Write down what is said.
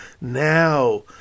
now